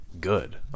good